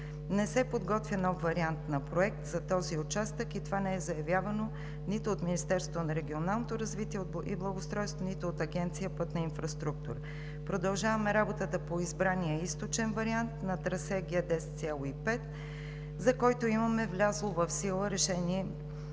Не се подготвя нов вариант на проект за този участък и това не е заявявано нито от Министерството на регионалното развитие и благоустройството, нито от Агенция „Пътна инфраструктура“. Продължаваме работата по избрания източен вариант на трасе Г10.50, за който имаме влязло в сила Решение